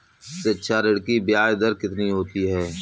शिक्षा ऋण की ब्याज दर कितनी होती है?